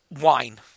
wine